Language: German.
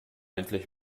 endlich